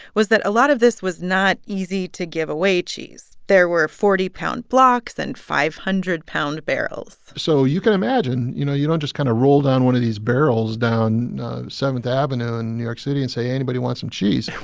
was that a lot of this was not easy-to-give-away cheese. there were forty pound blocks and five hundred pound barrels so you can imagine, you know, you don't just kind of roll down one of these barrels down seventh avenue in new york city and say, anybody want some cheese?